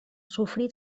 sofrí